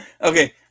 Okay